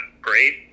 great